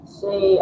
say